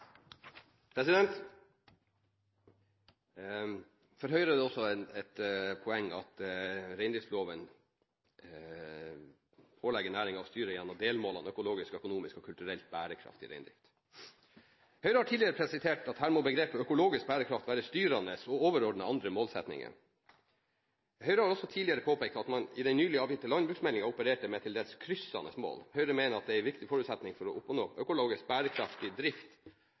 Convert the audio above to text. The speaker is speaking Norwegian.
det også et poeng at reindriftsloven pålegger næringen å styre gjennom delmålene økologisk, økonomisk og kulturelt bærekraftig reindrift. Høyre har tidligere presisert at her må begrepet «økologisk bærekraft» være styrende og overordnet andre målsettinger. Høyre har også tidligere påpekt at man i den nylig avgitte landbruksmeldingen opererte med til dels kryssende mål. Høyre mener at en viktig forutsetning for å oppnå økologisk bærekraftig drift